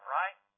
right